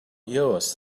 yours